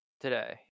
Today